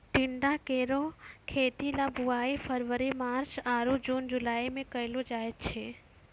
टिंडा केरो खेती ल बुआई फरवरी मार्च आरु जून जुलाई में कयलो जाय छै